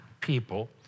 people